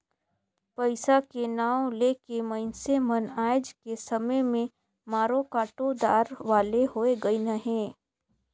पइसा के नांव ले के मइनसे मन आएज के समे में मारो काटो दार वाले होए गइन अहे